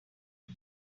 all